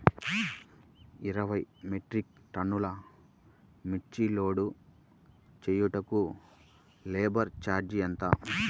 ఇరవై మెట్రిక్ టన్నులు మిర్చి లోడ్ చేయుటకు లేబర్ ఛార్జ్ ఎంత?